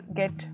get